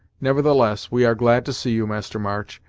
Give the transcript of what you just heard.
nevertheless, we are glad to see you, master march,